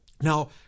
Now